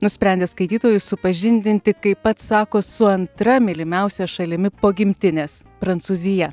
nusprendė skaitytojus supažindinti kaip pats sako su antra mylimiausia šalimi po gimtinės prancūzija